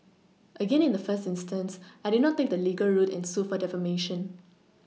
again in the first instance I did not take the legal route and sue for defamation